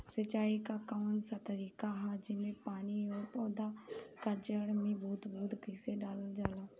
सिंचाई क कउन सा तरीका ह जेम्मे पानी और पौधा क जड़ में बूंद बूंद करके डालल जाला?